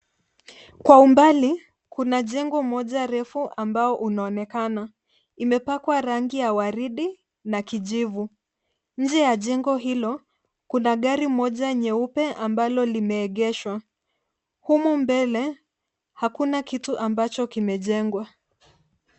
Kwa umbali, kuna jengo moja refu ambao unaonekana. Imepakwa rangi ya waridi na kijivu. Nje ya jengo hilo, kuna gari moja nyeupe ambalo limeegeshwa. Humu mbele, hakuna kitu ambacho kimejengwa.